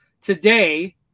Today